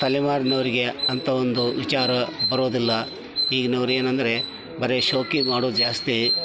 ತಲೆಮಾರಿನವ್ರಿಗೆ ಅಂತ ಒಂದು ವಿಚಾರ ಬರೋದಿಲ್ಲ ಈಗಿನವ್ರು ಏನೆಂದ್ರೆ ಬರಿ ಶೋಕಿ ಮಾಡುದು ಜಾಸ್ತಿ